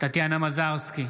טטיאנה מזרסקי,